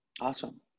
Awesome